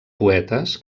poetes